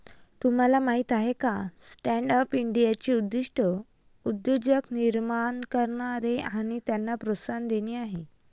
तुम्हाला माहीत आहे का स्टँडअप इंडियाचे उद्दिष्ट उद्योजक निर्माण करणे आणि त्यांना प्रोत्साहन देणे आहे